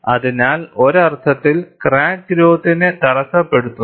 അതിനാൽ ഒരർത്ഥത്തിൽ ക്രാക്ക് ഗ്രോത്തിനെ തടസ്സപ്പെടുത്തുന്നു